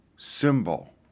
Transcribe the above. Symbol